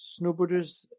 snowboarders